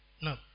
No